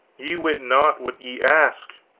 ye wit not what ye ask.